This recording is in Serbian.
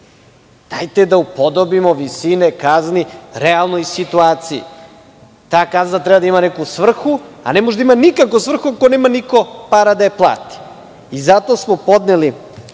Dajte da upodobimo visine kazni realnoj situaciji. Ta kazna treba da ima neku svrhu, a ne može da ima svrhu ako niko nema para da je plati. Zato smo podneli